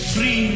Free